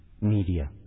media